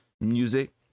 music